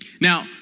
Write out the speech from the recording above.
Now